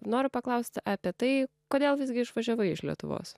noriu paklausti apie tai kodėl visgi išvažiavai iš lietuvos